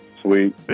Sweet